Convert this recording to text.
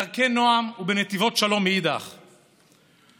בדרכי נועם ובנתיבות שלום מאידך גיסא.